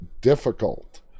difficult